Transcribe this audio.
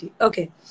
Okay